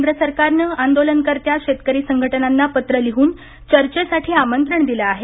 केंद्र सरकारनं आंदोलनकर्त्या शेतकरी संघटनांना पत्र लिहून चर्चेसाठी आमंत्रण दिलं आहे